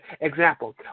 example